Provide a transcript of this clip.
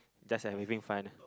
just like having fun lah